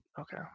okay